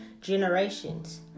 generations